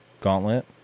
Gauntlet